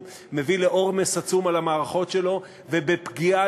זו הפגיעה